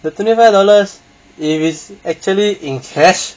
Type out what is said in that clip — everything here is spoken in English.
twenty five dollars if it is actually in cash